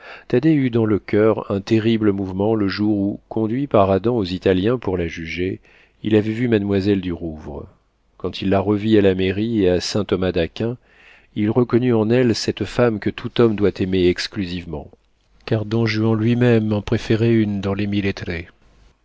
eut dans le coeur un terrible mouvement le jour où conduit par adam aux italiens pour la juger il avait vu mademoiselle du rouvre puis quand il la revit à la mairie et à saint-thomas-d'aquin il reconnut en elle cette femme que tout homme doit aimer exclusivement car don juan lui-même en préférait une dans les mille